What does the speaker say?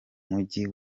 mujyi